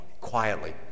quietly